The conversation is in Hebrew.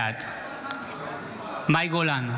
בעד מאי גולן,